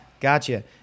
gotcha